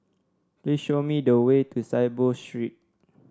please show me the way to Saiboo Street